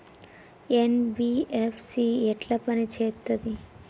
NBFC ఎట్ల పని చేత్తది?